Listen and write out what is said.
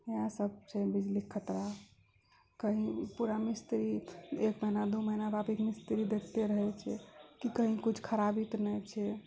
इएह सब छै बिजलीके खतरा कहीं पूरा मिस्त्री एक महीना दू महिना बाद मिस्त्री देखते रहै छै कि कहीं किछु खराबी तऽ नहि छै